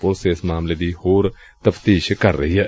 police ਇਸ ਮਾਮਲੇ ਦੀ ਤਫਤੀਸ਼ ਕਰ ਰਹੀ ਏ